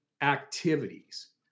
activities